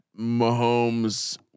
Mahomes